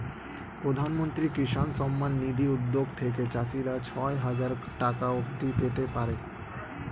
প্রধানমন্ত্রী কিষান সম্মান নিধি উদ্যোগ থেকে চাষিরা ছয় হাজার টাকা অবধি পেতে পারে